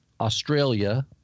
Australia